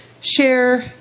share